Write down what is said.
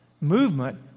movement